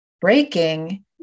breaking